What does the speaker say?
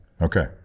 okay